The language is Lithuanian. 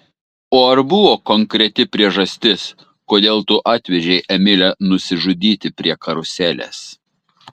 o ar buvo konkreti priežastis kodėl tu atvežei emilę nusižudyti prie karuselės